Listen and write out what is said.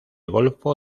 golfo